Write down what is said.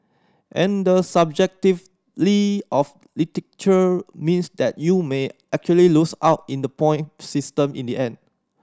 and the of literature means that you may actually lose out in the point system in the end